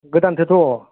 गोदानसोथ'